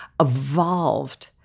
evolved